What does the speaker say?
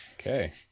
Okay